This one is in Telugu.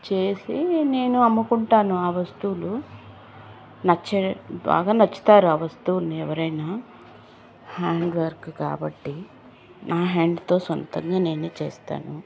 చేసి నేను అమ్ముకుంటాను ఆ వస్తువులు నచ్చ బాగా నచ్చుతారు ఆ వస్తువులని ఎవరైనా హ్యాండ్వర్క్ కాబట్టి నా హ్యాండ్తో సొంతంగా నేనే చేస్తాను